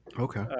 Okay